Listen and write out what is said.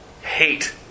Hate